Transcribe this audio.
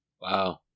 Wow